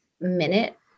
minute